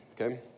okay